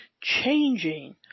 changing